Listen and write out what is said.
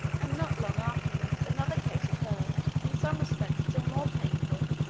and not long afterward another case occurred, in some respects still more painful,